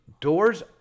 Doors